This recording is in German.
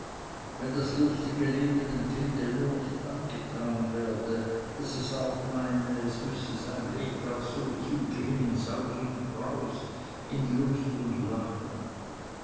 wenn das lustige leben dem kinde nur nicht angetan werde daß es auch meine es müsse sein lebtag so zugehen in saus und braus in lust und lachen